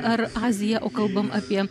ar aziją o kalbam apie